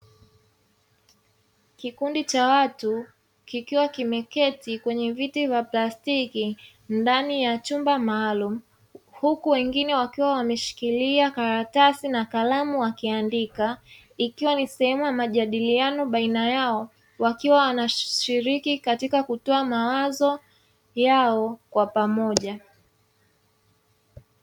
Kikundi cha watu kikiwa kimeketi kwenye viti vya plastiki ndani ya chumba maalumu, huku wengine wakiwa wameshikilia karatasi na kalamu wakiandika, ikiwa ni sehemu ya majadiliano baina yao wakiwa wanashiriki katika kutoa mawazo yao kwa pamoja.